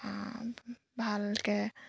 ভালকৈ